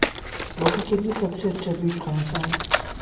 लौकी के लिए सबसे अच्छा बीज कौन सा है?